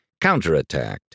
counterattacked